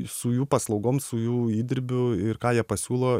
su jų paslaugom su jų įdirbiu ir ką jie pasiūlo